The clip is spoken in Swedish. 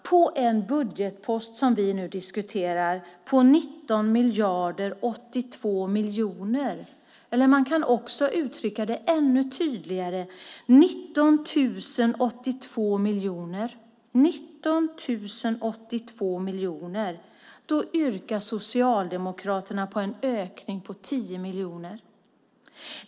På en budgetpost som vi nu diskuterar på 19 082 000 000 - man kan uttrycka det ännu tydligare som 19 082 miljoner - yrkar Socialdemokraterna på en ökning med 10 miljoner.